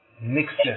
mixture